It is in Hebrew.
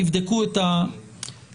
תבדקו את העניין.